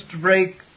break